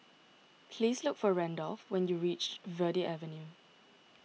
please look for Randolf when you reach Verde Avenue